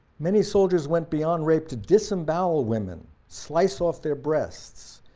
many soldiers went beyond rape to disembowel women, slice off their breasts,